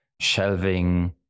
shelving